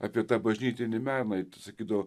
apie tą bažnytinį meną sakydavo